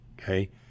okay